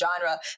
genre